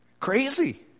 Crazy